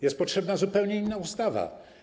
Jest potrzebna zupełnie inna ustawa.